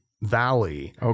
valley